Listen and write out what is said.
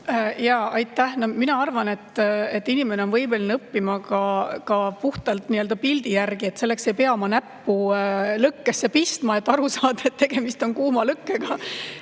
Aitäh! Mina arvan, et inimene on võimeline õppima ka puhtalt pildi järgi, selleks ei pea oma näppu lõkkesse pistma, et aru saada, et tegemist on kuuma lõkkega.